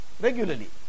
regularly